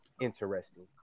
Interesting